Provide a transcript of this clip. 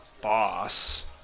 boss